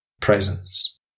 presence